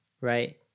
right